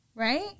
right